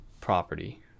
property